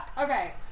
okay